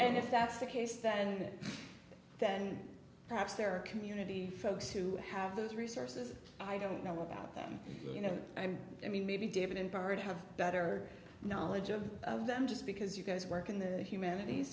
and if that's the case then then perhaps there are community folks who have those resources i don't know about them but you know i'm i mean maybe david and bart have better knowledge of of them just because you guys work in the humanities